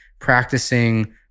practicing